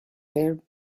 heart